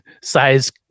size